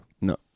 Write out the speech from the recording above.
No